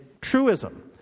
truism